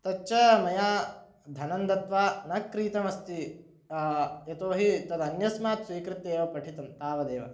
तच्च मया धनं दत्वा न क्रीतमस्ति यतोहि तदन्यस्मात् स्वीकृत्य एव पठितं तावदेव